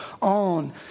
on